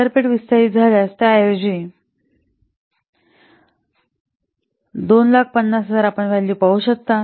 बाजारपेठ विस्तारित झाल्यास त्याऐवजी 250000 आपण व्हॅल्यू पाहू शकता